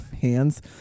hands